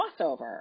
crossover